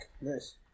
Nice